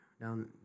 down